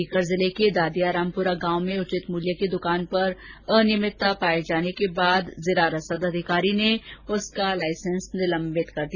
सीकर जिले के दादिया रामपुरा गांव में उचित मूल्य की द्वान पर अनियमितता पाए जाने के बाद जिला रसद अधिकारी ने उसका लाइसेंस निलम्बित कर दिया